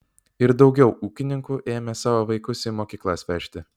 ir daugiau ūkininkų ėmė savo vaikus į mokyklas vežti